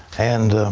and